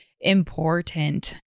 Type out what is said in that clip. important